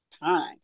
time